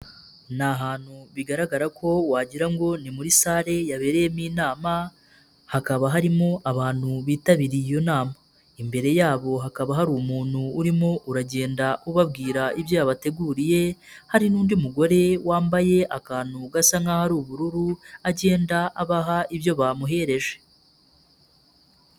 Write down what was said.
Ni ahantutu bigaragara ko wagirango ngo ni muri salle yabereyemo inama, hakaba harimo abantu bitabiriye iyo nama, imbere yabo hakaba hari umuntu urimo uragenda ubabwira ibyo yabateguriye, hari n'undi mugore wambaye akantu gasa nk'aho ari ubururu agenda abaha ibyo bamuhereje.